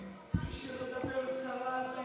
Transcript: מי שמדבר סרה על טייסים,